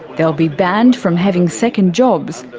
they'll be banned from having second jobs,